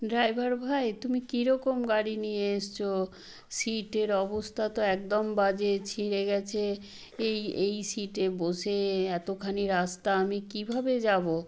driver ভাই তুমি কী রকম গাড়ি নিয়ে এসছো সিটের অবস্থা তো একদম বাজে ছিঁড়ে গেছে এই এই সিটে বসে এতোখানি রাস্তা আমি কীভাবে যাবো